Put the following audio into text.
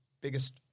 biggest